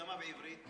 כמה בעברית?